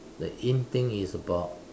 the in thing is about